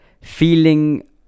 feeling